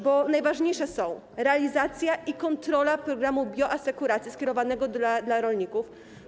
Bo najważniejsze są realizacja i kontrola programu bioasekuracji skierowanego do rolników.